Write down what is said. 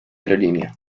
aerolínea